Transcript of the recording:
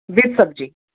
with سبزی